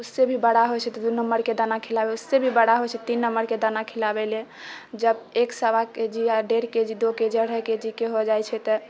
इससे भी बड़ा होइ छै तऽ दू नम्मरके दाना खिलाबै उससे भी बड़ा होइ छै तीन नम्मरके दाना खिलाबै लअ जब एक सवा के जी और डेढ़ के जी दो के जी हो जाइ छै तऽ